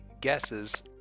guesses